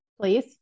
please